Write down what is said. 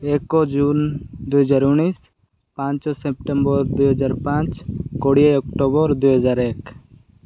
ଏକ ଜୁନ ଦୁଇହଜାର ଉଣେଇଶ ପାଞ୍ଚ ସେପ୍ଟେମ୍ବର ଦୁଇହଜାର ପାଞ୍ଚ କୋଡ଼ିଏ ଅକ୍ଟୋବର ଦୁଇ ହଜାର ଏକ